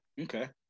okay